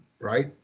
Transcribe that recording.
right